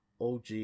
OG